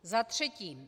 Za třetí.